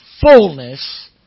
fullness